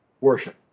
worship